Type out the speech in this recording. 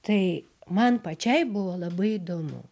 tai man pačiai buvo labai įdomu